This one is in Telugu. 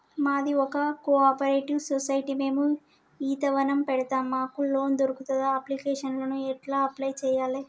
మాది ఒక కోఆపరేటివ్ సొసైటీ మేము ఈత వనం పెడతం మాకు లోన్ దొర్కుతదా? అప్లికేషన్లను ఎట్ల అప్లయ్ చేయాలే?